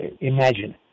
Imagine